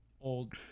old